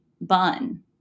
bun